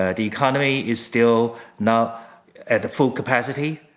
ah the economy is still not at the full capacity.